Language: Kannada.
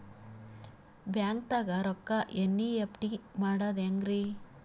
ಬ್ಯಾಂಕ್ದಾಗ ರೊಕ್ಕ ಎನ್.ಇ.ಎಫ್.ಟಿ ಮಾಡದ ಹೆಂಗ್ರಿ?